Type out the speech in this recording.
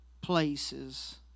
places